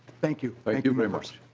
thank you thank you very much.